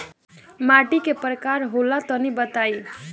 माटी कै प्रकार के होला तनि बताई?